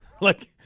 Like-